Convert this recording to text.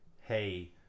Hey